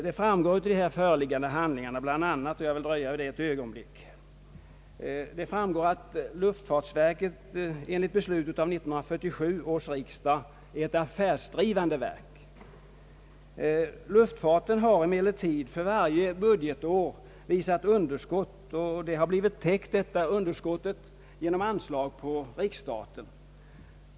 Det framgår av föreliggande handlingar bland annat — och jag vill dröja vid det ett ögonblick — att luftfartsverket, enligt beslut av 1947 års riksdag, är ett affärsdrivande verk. Luftfarten har emellertid för varje budgetår redovisat underskott, som blivit täckta genom anslag på riksstaten.